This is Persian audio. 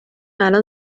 الان